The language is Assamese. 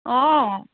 অঁ